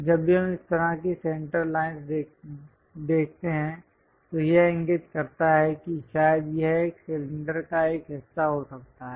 जब भी हम इस तरह की सेंटर लाइंस देखते हैं तो यह इंगित करता है कि शायद यह एक सिलेंडर का एक हिस्सा हो सकता है